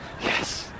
Yes